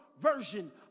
version